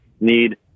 need